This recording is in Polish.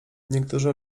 niektórzy